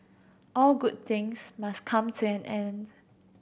all good things must come to an end